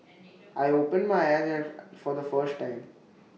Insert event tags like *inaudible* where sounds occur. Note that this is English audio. I open my eyes and *noise* for the first time